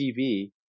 TV